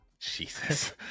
Jesus